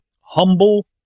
Humble